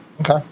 Okay